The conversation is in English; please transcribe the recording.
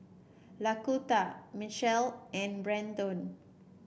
Laquita Mechelle and Brannon